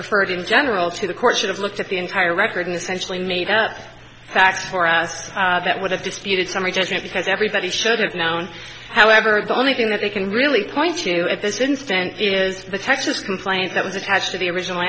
referred in general to the court should have looked at the entire record and essentially made earth facts for us that would have disputed summary judgment because everybody should have known however the only thing that they can really point to at this instant is the texas complaint that was attached to the original